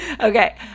Okay